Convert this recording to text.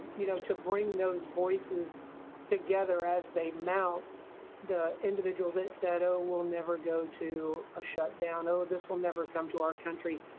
you know, to bring those voices together as they mount the individuals that said, oh, we'll never go to a shut down, oh, this will never come to our country.